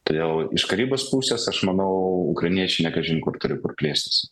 todėl iš karybos pusės aš manau ukrainiečiai ne kažin kur turi kur plėstis